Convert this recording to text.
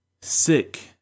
sick